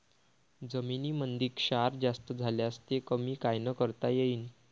जमीनीमंदी क्षार जास्त झाल्यास ते कमी कायनं करता येईन?